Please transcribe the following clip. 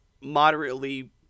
moderately